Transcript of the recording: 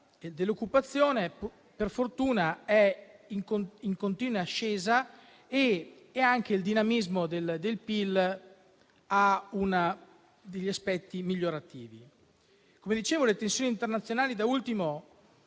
dell'occupazione, per fortuna, è in continua ascesa ed anche il dinamismo del PIL ha degli aspetti migliorativi. Come dicevo, le tensioni internazionali, da ultimo